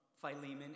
Philemon